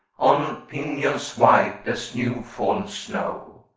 on pinions white as new fall'n snow.